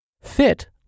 Fit